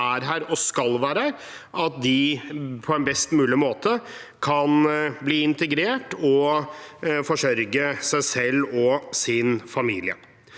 er her og skal være her, på best mulig måte kan bli integrert og forsørge seg selv og sin familie.